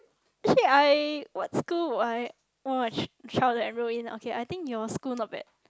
actually I what school would I want my child to enroll in okay I think your school not bad